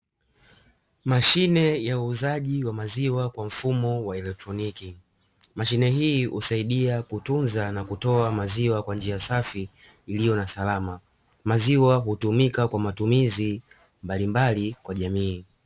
Mashine ya uuzaji wa maziwa kwa mfumo wa elektroniki. Mashine hii husaidia kutunza na kutoa maziwa kwa njia safi iliyonasalama. Maziwa hutumika kwa matumizi mbalimbali kwa jamii.